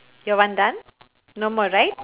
your one done no more right